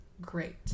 great